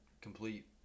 complete